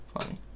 funny